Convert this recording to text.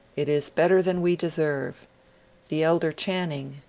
it is better than we deserve the elder chan ning,